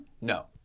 No